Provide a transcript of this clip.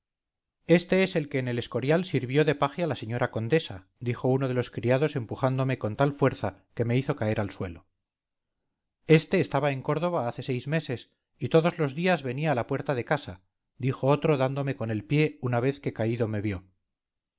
este es el que en el escorial sirvió de paje a la señora condesa dijo uno de los criados empujándome con tal fuerza que me hizo caer al suelo este estaba en córdoba hace seis meses y todos los días venía a la puerta de casa dijo otro dándome con el pie una vez que caído me vio